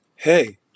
Hey